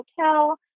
hotel